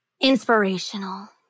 inspirational